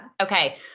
Okay